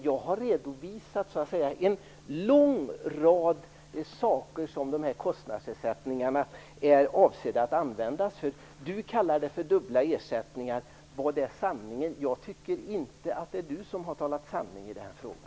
Jag har redovisat en lång rad saker som dessa kostnadsersättningar är avsedda att användas för. Peter Eriksson kallar det för dubbla ersättningar. Vad är sanningen? Jag tycker inte att det är Peter Eriksson som har talat sanning i den här frågan.